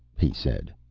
he said.